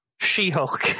She-Hulk